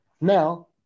now